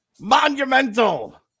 Monumental